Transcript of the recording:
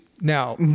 Now